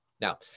Now